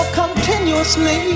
continuously